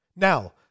Now